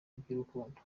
iby’urukundo